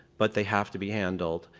but they have to be handled,